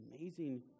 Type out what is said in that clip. amazing